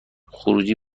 خروجی